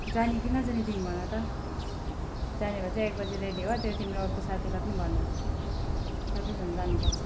जाने कि नजाने तिमी भन त जाने भए चाहिँ एक बजी रेडी हौ त्यो तिम्रो अर्को साथीलाई पनि भन सबैजना जानु पर्छ